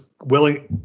Willing